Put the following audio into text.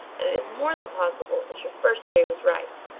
and it is more than possible that your first theory was right,